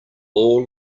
all